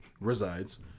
resides